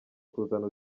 kuzana